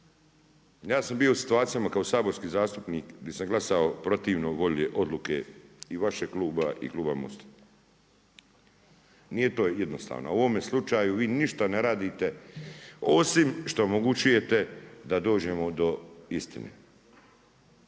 Ja sam bio u situaciji kao saborski zastupnik, di sam glasao protivno volje odluke i vašeg kluba i Kluba Mosta. Nije to jednostavno. U ovome slučaju vi ništa ne radite, osim što omogućujete da dođemo do istine.